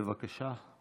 בבקשה.